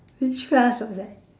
which class was that